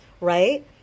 right